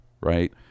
right